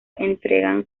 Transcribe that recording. entregan